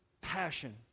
passion